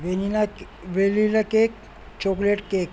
vanilla vanilla cake chocolate cake